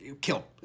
kill